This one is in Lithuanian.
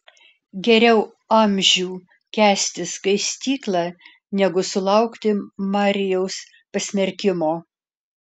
geriau amžių kęsti skaistyklą negu sulaukti marijaus pasmerkimo